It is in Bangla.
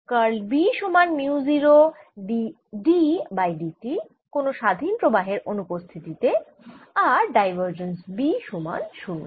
কার্ল B সমান mu 0 d D by d t কোন স্বাধীন প্রবাহের অনুপস্থিতি তে আর ডাইভার্জেন্স B সমান 0